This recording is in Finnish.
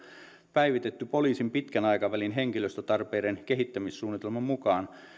päivitetyn poliisin pitkän aikavälin henkilöstötarpeiden kehittämissuunnitelman mukaan